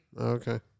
Okay